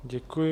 Děkuji.